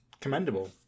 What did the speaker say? commendable